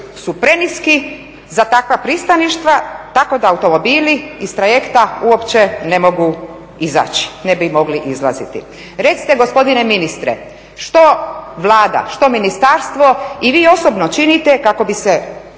su preniski za takva pristaništa tako da automobili s trajekta uopće ne mogu izaći, ne bi mogli izlaziti. Recite gospodine ministre što Vlada, što ministarstvo i vi osobno činite kako bi se